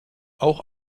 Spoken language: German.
auch